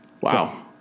Wow